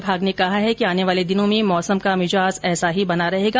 विभाग ने कहा है कि आने वाले दिनों में मौसम का मिजाज ऐसा ही बना रहेगा